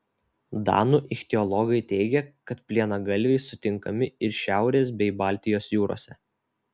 danų ichtiologai teigia kad plienagalviai sutinkami ir šiaurės bei baltijos jūrose